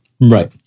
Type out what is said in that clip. Right